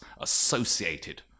associated